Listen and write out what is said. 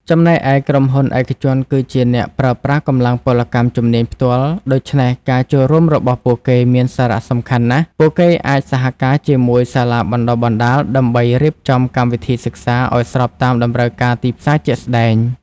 ចំណែកឯ ក្រុមហ៊ុនឯកជនគឺជាអ្នកប្រើប្រាស់កម្លាំងពលកម្មជំនាញផ្ទាល់ ដូច្នេះការចូលរួមរបស់ពួកគេមានសារៈសំខាន់ណាស់ ពួកគេអាចសហការជាមួយសាលាបណ្តុះបណ្តាលដើម្បីរៀបចំកម្មវិធីសិក្សាឱ្យស្របតាមតម្រូវការទីផ្សារជាក់ស្តែង។